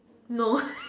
no